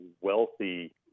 wealthy